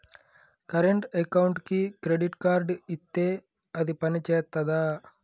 Current అకౌంట్కి credit card ఇత్తే అది పని చేత్తదా?